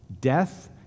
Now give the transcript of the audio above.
Death